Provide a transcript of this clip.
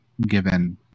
given